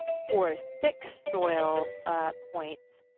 for six soil points,